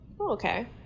okay